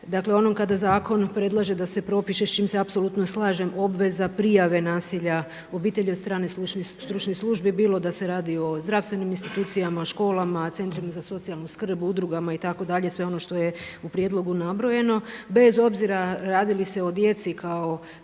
slučaju onom kada zakon predlaže da se propiše, s čim se apsolutno slažem, obveza prijave nasilja obitelji od strane stručnih službi, bilo da se radi o zdravstvenim institucijama, školama, centrima za socijalnu skrb, udrugama itd., sve ono što je u prijedlogu nabrojeno bez obzira radi li se o djeci kao